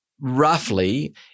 roughly